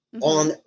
on